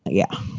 ah yeah.